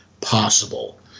possible